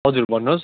हजुर भन्नुहोस्